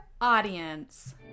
Audience